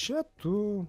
čia tu